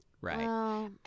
Right